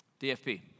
DFP